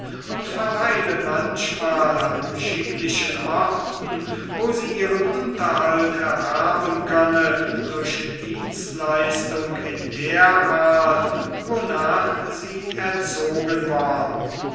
und verweile manchmal an schicklichen orten wo sie ihren unterhalt erwerben könne durch dienstleistung in der art wonach sie erzogen worden